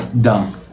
dumb